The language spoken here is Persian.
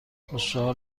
خوشحال